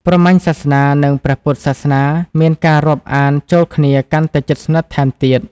ព្រហ្មញ្ញសាសនា និង ព្រះពុទ្ធសាសនាមានការរាប់អានចូលគ្នាកាន់តែជិតស្និទ្ធថែមទៀត ។